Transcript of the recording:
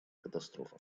катастрофа